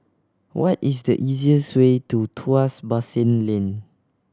what is the easiest way to Tuas Basin Lane